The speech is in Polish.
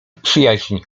przyjaźń